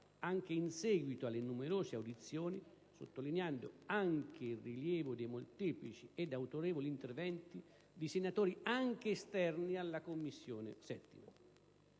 anche in seguito alle numerose audizioni, sottolineando il rilievo dei molteplici ed autorevoli interventi di senatori anche esterni alla 7a Commissione